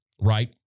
right